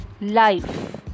Life